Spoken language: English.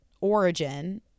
origin